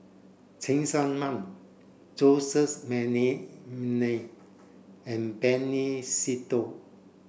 Cheng Tsang Man Joseph Mcnally and Benny Se Teo